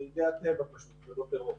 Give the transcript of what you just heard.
בידי הטבע פשוט ולא טרור.